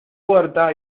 puerta